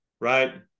Right